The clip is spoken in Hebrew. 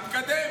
נתקדם,